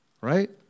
Right